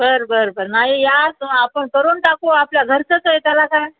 बरं बरं बरं नाई या आपण करून टाकू आपल्या घरचंच आहे त्याला काय